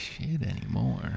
anymore